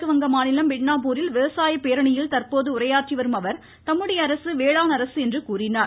மேற்குவங்க மாநிலம் மிட்னாபூரில் விவசாய பேரணியில் தற்போது உரையாற்றி வரும் அவர் தம்முடைய அரசு வேளாண் அரசு என்று கூறினார்